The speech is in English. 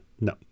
no